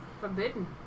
forbidden